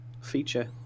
feature